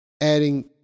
Adding